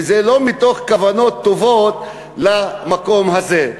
וזה לא מתוך כוונות טובות למקום הזה,